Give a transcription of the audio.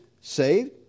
saved